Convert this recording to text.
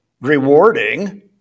rewarding